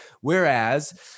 Whereas